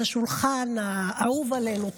את השולחן האהוב עלינו,